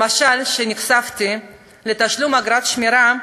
למשל, כשנחשפתי לתשלום אגרת שמירה,